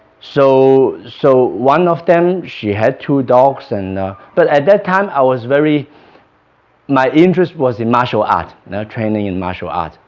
so so one of them she had two dogs and but at that time i was very my interest was in martial arts, training in martial arts.